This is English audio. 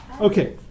Okay